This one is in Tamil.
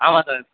ஆமாம் சார்